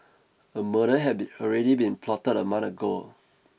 a murder had be already been plotted a month ago